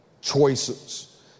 choices